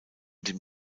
dem